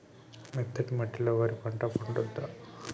మెత్తటి మట్టిలో వరి పంట పండుద్దా?